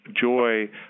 joy